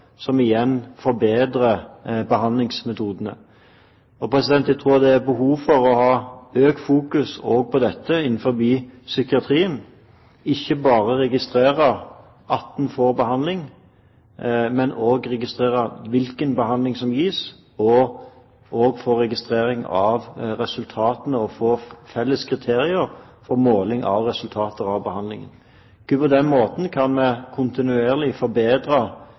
som igjen forbedrer behandlingsmetodene. Jeg tror det er behov for å ha økt fokus på dette også innenfor psykiatrien, ikke bare registrere at en får behandling, men også registrere hvilken behandling som gis, registrere resultatene og få felles kriterier for måling av resultater av behandlingen. Kun på den måten kan vi kontinuerlig forbedre